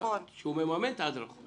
שהוא מממן את ההדרכות.